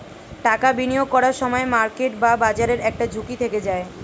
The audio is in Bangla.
টাকা বিনিয়োগ করার সময় মার্কেট বা বাজারের একটা ঝুঁকি থেকে যায়